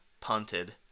punted